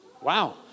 Wow